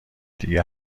دیگه